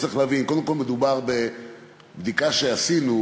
צריך להבין: בבדיקה שעשינו,